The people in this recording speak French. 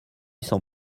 sans